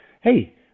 Hey